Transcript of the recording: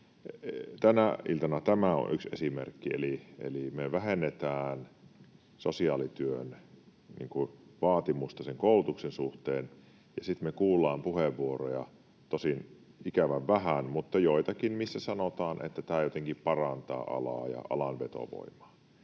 Tänä iltana tämä on yksi esimerkki, eli vähennetään sosiaalityön vaatimusta sen koulutuksen suhteen. Ja sitten me kuullaan puheenvuoroja — tosin ikävän vähän mutta joitakin — missä sanotaan, että tämä jotenkin parantaa alaa ja alan vetovoimaa.